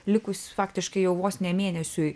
likus faktiškai jau vos ne mėnesiui